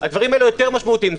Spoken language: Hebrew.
הדברים האלה יותר משמעותיים.